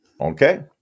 Okay